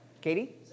Katie